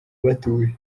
batuje